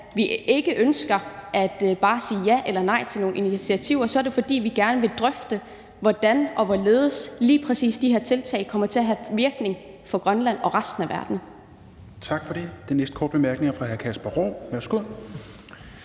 vi ikke ønsker bare at sige ja eller nej til nogle initiativer, så er det, fordi vi gerne vil drøfte, hvordan og hvorledes lige præcis de her tiltag kommer til at have virkning for Grønland og resten af verden. Kl. 21:06 Fjerde næstformand (Rasmus Helveg Petersen):